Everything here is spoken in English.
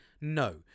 No